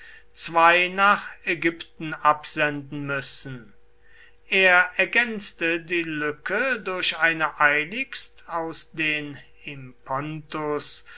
zwei nach ägypten absenden müssen er ergänzte die lücke durch eine eiligst aus den